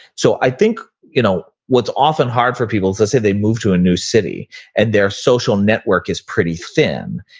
so i think you know what's often hard for people, let's so say they moved to a new city and their social network is pretty thin.